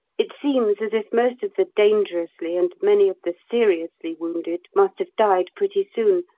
it seems as if most of the dangerously and many of the seriously wounded must have died pretty soon,